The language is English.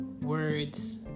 words